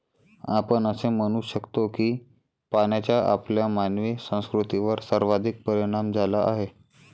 आपण असे म्हणू शकतो की पाण्याचा आपल्या मानवी संस्कृतीवर सर्वाधिक परिणाम झाला आहे